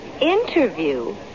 Interview